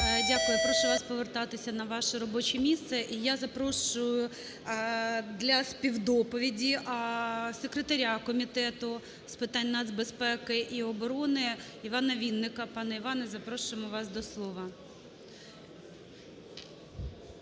Дякую. Прошу вас повертатися на ваше робоче місце. І я запрошую для співдоповіді секретаря Комітету з питань нацбезпеки і оборони Івана Вінника. Пане Іване, запрошуємо вас до слова.